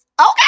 Okay